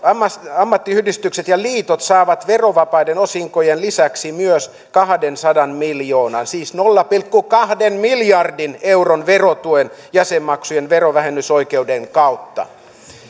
ammattiyhdistykset ja liitot saavat verovapaiden osinkojen lisäksi myös kahdensadan miljoonan siis nolla pilkku kahden miljardin euron verotuen jäsenmaksujen verovähennysoikeuden kautta